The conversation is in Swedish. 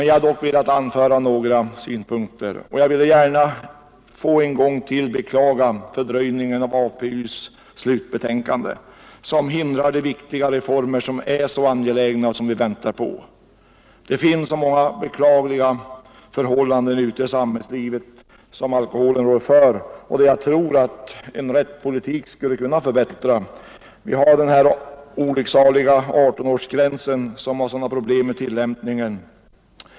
Jag har dock velat anföra några synpunkter, och jag vill gärna en gång till beklaga den fördröjning av APU:s slutbetänkande som hindrar de viktiga reformer som är så angelägna och som vi väntar på. Det finns så många bedrövliga förhållanden ute i samhällslivet som alkoholen rår för och som jag tror att en riktig politik skulle kunna förbättra. Vi har den olycksaliga 18-årsgränsen som ger sådana problem vid tillämpningen.